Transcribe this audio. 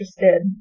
interested